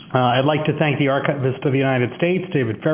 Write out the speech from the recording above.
i'd like to thank the archivist of the united states, david ferriero,